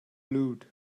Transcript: loot